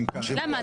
למה?